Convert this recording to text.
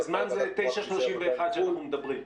בזמן זה, 09:31, שאנחנו מדברים.